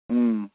ꯎꯝ